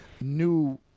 new